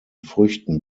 früchten